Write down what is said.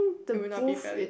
it would not be valid